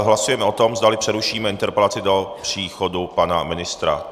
Hlasujeme o tom, zdali přerušíme interpelaci do příchodu pana ministra.